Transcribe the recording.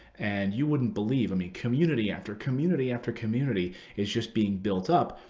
and you wouldn't believe i mean, community after community after community is just being built up.